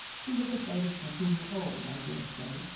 he was afraid of catching cold i dare say,